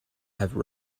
have